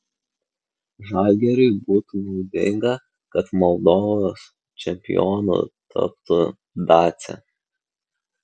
žalgiriui būtų naudinga kad moldovos čempionu taptų dacia